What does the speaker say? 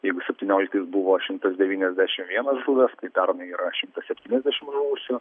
jeigu septynioliktais buvo šimtas devyniasdešim vienas žuvęs tai pernai yra šimtas septyniasdešim žuvusių